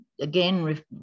again